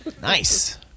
Nice